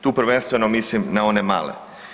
Tu prvenstvo mislim na one male.